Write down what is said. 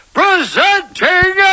presenting